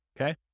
Okay